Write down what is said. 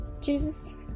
Jesus